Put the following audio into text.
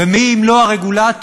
ומי אם לא הרגולטור,